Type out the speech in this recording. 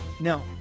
No